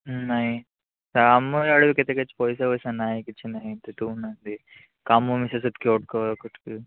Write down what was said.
ହୁଁ ନାଇଁ ଆମ ୟାଡ଼କୁ କେତେ କିଛି ପଇସା ଫଇସା ନାହିଁ କିଛି ନାହିଁ ଦଉନାହାନ୍ତି କାମ